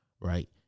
right